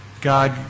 God